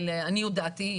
לעניות דעתי,